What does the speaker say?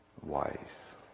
wise